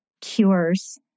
cures